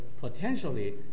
potentially